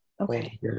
Okay